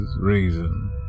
reason